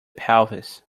pelvis